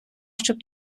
щоб